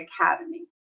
academy